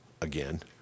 again